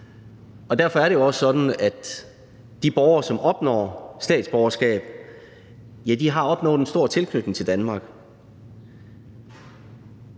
Og derfor er det jo også sådan, at de borgere, som opnår statsborgerskab, har opnået en stor tilknytning til Danmark.